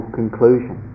conclusion